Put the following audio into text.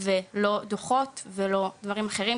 ולא דו"חות ולא דברים אחרים.